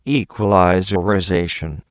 equalizerization